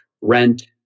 Rent